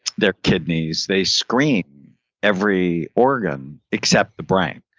their kidneys. they screen every organ except the brain.